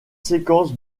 séquences